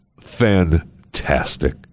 fantastic